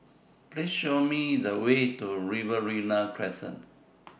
Please Show Me The Way to Riverina Crescent